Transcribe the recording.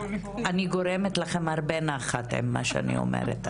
אני גורמת לכן הרבה נחת עם מה שאני אומרת,